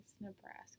Nebraska